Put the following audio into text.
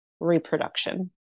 reproduction